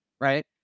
right